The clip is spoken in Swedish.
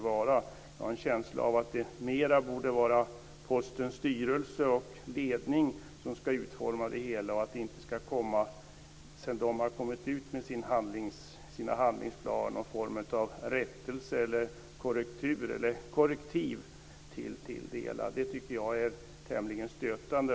Jag har en känsla av att det mera borde vara Postens styrelse och ledning som ska utforma det hela och att det inte ska komma någon form av rättelse eller korrektiv sedan de har kommit ut med sitt handlingsprogram. Det tycker jag är tämligen stötande.